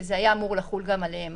שזה היה אמור לחול גם עליהם.